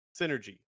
synergy